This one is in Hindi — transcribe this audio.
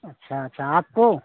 अच्छा अच्छा आपको